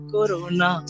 Corona